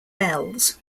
bells